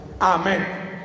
Amen